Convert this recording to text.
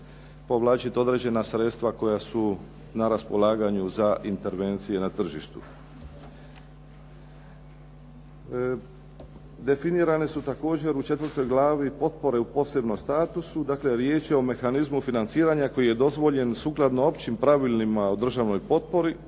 povlačiti određena sredstva koja su na raspolaganju za intervencije na tržištu. Definirane su također u četvrtoj glavi potpore u posebnom statusu. Dakle riječ je o mehanizmu financiranja koji je dozvoljen sukladno općim pravilima u državnoj potpori.